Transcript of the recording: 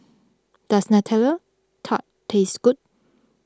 does Nutella Tart taste good